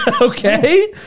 Okay